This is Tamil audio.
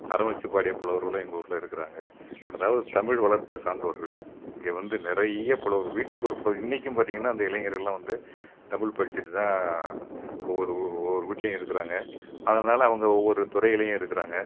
அறம் வச்சி பாடிய புலவர்களும் எங்கள் ஊரில் இருக்கிறாங்க அதாவது தமிழ் வளர்த்த சான்றோர்கள் இங்கே வந்து நிறைய புலவர் வீட்டுக்கு ஒரு புலவர் இன்றைக்கு பார்த்திங்கன்னா அந்த இளைஞர்கள்லாம் வந்து தமிழ் படிச்சிட்டு தான் ஒவ்வொரு ஒவ்வொரு வீட்லேயும் இருக்கிறாங்க அதனால அவங்க ஒவ்வொரு துறையிலேயும் இருக்கிறாங்க